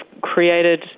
created